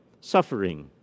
Suffering